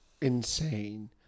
insane